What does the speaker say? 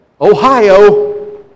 Ohio